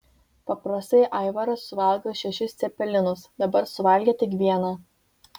paprastai aivaras suvalgo šešis cepelinus dabar suvalgė tik vieną